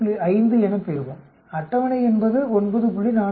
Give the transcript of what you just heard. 5 என பெறுவோம் அட்டவணை என்பது 9